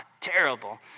terrible